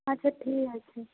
আচ্ছা ঠিক আছে